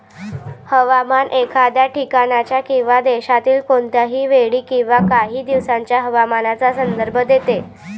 हवामान एखाद्या ठिकाणाच्या किंवा देशातील कोणत्याही वेळी किंवा काही दिवसांच्या हवामानाचा संदर्भ देते